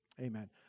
Amen